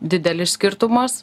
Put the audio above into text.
didelis skirtumas